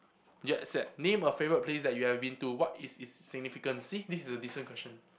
name a favourite place you have been to what is its significance see this is a decent question